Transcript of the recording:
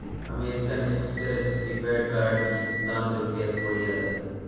American Express prepaid card की भुगतान प्रक्रिया थोड़ी अलग है